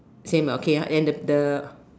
same okay then the